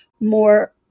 more